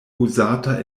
uzata